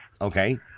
Okay